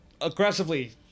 aggressively